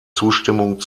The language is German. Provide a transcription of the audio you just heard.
zustimmung